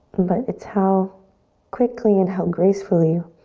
but it's how quickly and how gracefully